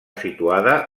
situada